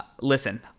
Listen